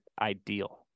ideal